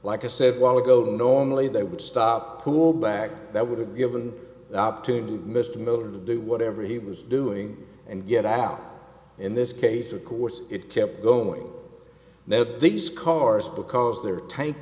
like i said while ago normally they would stop poor black that would have given the opportunity to mr miller to do whatever he was doing and get out in this case of course it kept going now these cars because their tank